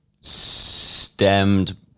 stemmed